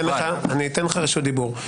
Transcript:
אני אתן לך רשות דיבור.